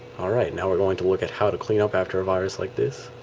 all right now. we're going to look at how to clean up after a virus like this